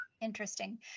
Interesting